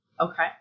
Okay